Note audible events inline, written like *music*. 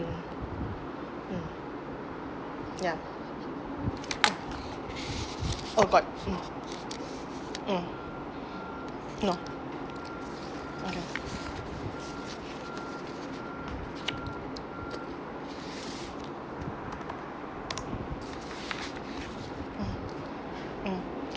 mm yeah oh about mm oh *noise* mm mm